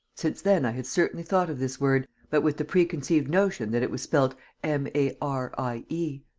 since then i had certainly thought of this word, but with the preconceived notion that it was spelt m a r i e.